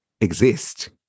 exist